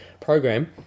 program